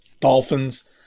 Dolphins